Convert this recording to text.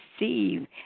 receive